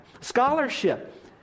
scholarship